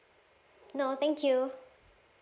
no thank you